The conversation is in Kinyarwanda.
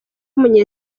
w’umunya